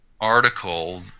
article